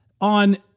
on